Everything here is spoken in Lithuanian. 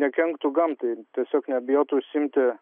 nekenktų gamtai tiesiog nebijotų užsiimti